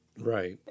Right